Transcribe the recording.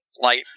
life